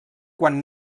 quan